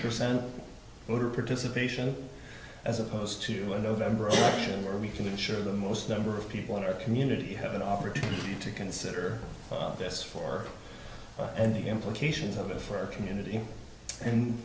percent voter participation as opposed to a november election where we can ensure the most number of people in our community have an opportunity to consider this for any implications of a for our community and